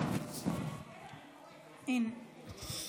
גברתי היושבת-ראש,